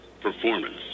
performance